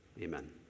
Amen